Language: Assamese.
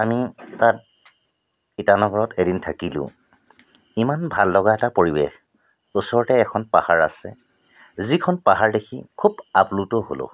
তাত ইটানগৰত এদিন থাকিলোঁ ইমান ভাল লগা এটা পৰিৱেশ ওচৰতে এখন পাহাৰ আছে যিখন পাহাৰ দেখি খুব আপ্লুত হ'লো